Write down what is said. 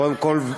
וקודם כול,